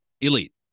Elite